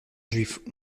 juif